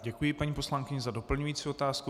Děkuji, paní poslankyně, za doplňující otázku.